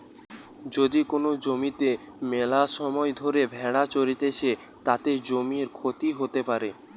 যদি কোন জমিতে মেলাসময় ধরে ভেড়া চরতিছে, তাতে জমির ক্ষতি হতে পারে